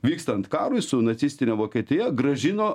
vykstant karui su nacistine vokietija grąžino